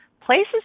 Places